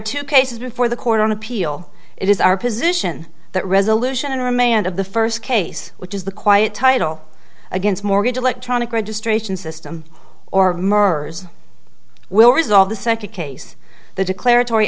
two cases before the court on appeal it is our position that resolution remained of the first case which is the quiet title against mortgage electronic registration system or mergers will resolve the second case the declarator